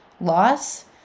loss